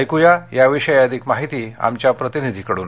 ऐकूयायाविषयी अधिक माहिती आमच्या प्रतिनिधीकडून